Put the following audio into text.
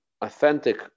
authentic